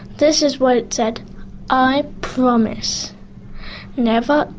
this is what it said i promise never,